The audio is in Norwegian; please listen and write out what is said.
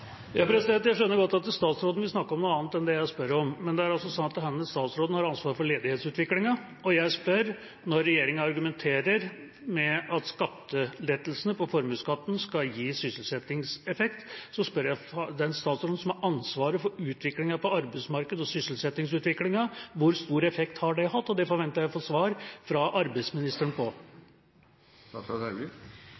Jeg skjønner godt at statsråden vil snakke om noe annet enn det jeg spør om, men det er også sånn at denne statsråden har ansvaret for ledighetsutviklinga. Når regjeringa argumenterer med at skattelettelsene på formuesskatten skal gi sysselsettingseffekt, spør jeg den statsråden som har ansvaret for utviklinga på arbeidsmarkedet og for sysselsettinga: Hvor stor effekt har det hatt? Og det forventer jeg å få svar på fra arbeidsministeren.